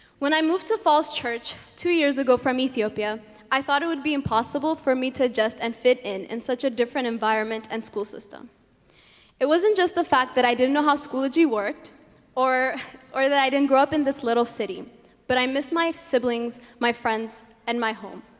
when i moved to falls church two years ago from ethiopia ethiopia i thought it would be impossible for me to adjust and fit in in such a different environment and school system it wasn't just the fact that i didn't know how schoology worked or or that i didn't grow up in this little city but i miss my siblings my friends and my home